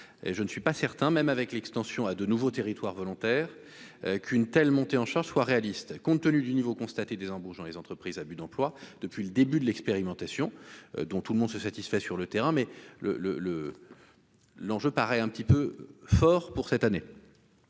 je ne suis pas certain, même avec l'extension à de nouveaux territoires volontaires qu'une telle montée en charge soit réaliste, compte tenu du niveau constaté des embauches dans les entreprises à but d'emploi depuis le début de l'expérimentation dont tout le monde se satisfait sur le terrain mais le le le l'enjeu paraît un petit peu fort pour cette année.